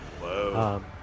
Whoa